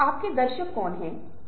यह बहुत प्रासंगिक भी नहीं है